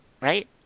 right